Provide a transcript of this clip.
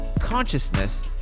consciousness